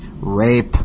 rape